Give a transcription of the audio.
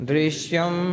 Drishyam